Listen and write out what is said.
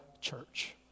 church